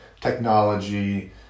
technology